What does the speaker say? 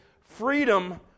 freedom